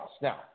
Now